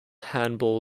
handball